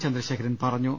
ചന്ദ്രശേഖരൻ പറഞ്ഞു